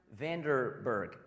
Vanderberg